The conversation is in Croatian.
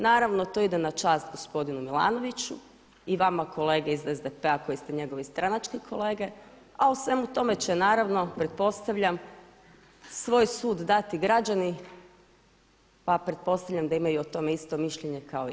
Naravno, to ide na čast gospodinu Milanoviću i vama kolege iz SDP-a koji ste njegovi stranački kolege a o svemu tome će naravno pretpostavljam svoj sud dati građani pa pretpostavljam da imaju o tome isto mišljenje kao i ja.